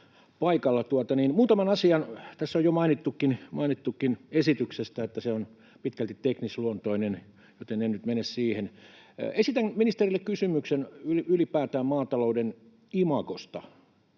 Muutama asia: Tässä on jo mainittukin esityksestä, että se on pitkälti teknisluontoinen, joten en nyt mene siihen. Esitän ministerille kysymyksen ylipäätään maatalouden imagosta.